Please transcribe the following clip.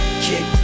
kick